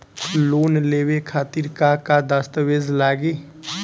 Loan लेवे खातिर का का दस्तावेज लागी?